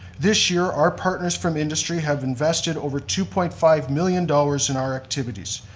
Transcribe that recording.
this year, our partners from industry have invested over two point five million dollars in our activities.